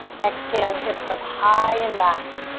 exhale, hips up high and back,